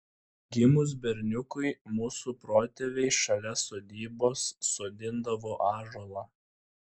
gimus berniukui mūsų protėviai šalia sodybos sodindavo ąžuolą